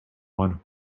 one